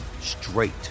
straight